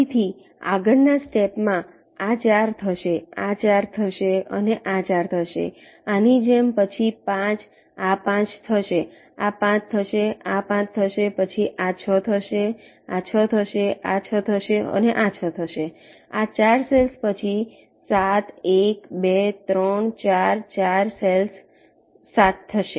ફરીથી આગળના સ્ટેપ માં આ 4 થશે આ 4 થશે અને આ 4 થશે આની જેમ પછી 5 આ 5 થશે આ 5 થશે આ 5 થશે પછી આ 6 થશે આ 6 થશે આ 6 થશે અને આ 6 થશે આ 4 સેલ્સ પછી 7 1 2 3 4 4 સેલ્સ 7 થશે